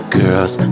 girls